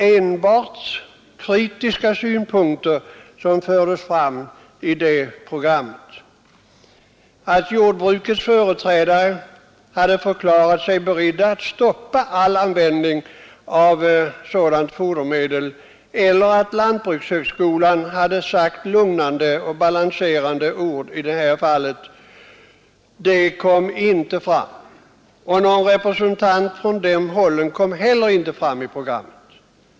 Enbart kritiska synpunkter fördes fram i det programmet. Att jordbrukarnas företrädare hade förklarat sig beredda att stoppa all användning av sådant fodermedel eller att lantbrukshögskolan sagt lugnande och balanserade ord i detta fall kom inte fram. Någon representant från de hållen deltog inte heller i programmet.